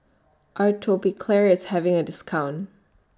Atopiclair IS having A discount